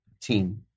team